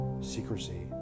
Secrecy